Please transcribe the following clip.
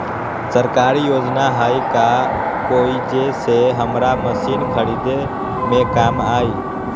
सरकारी योजना हई का कोइ जे से हमरा मशीन खरीदे में काम आई?